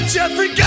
Jeffrey